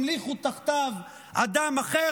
המליכו תחתיו אדם אחר,